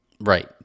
Right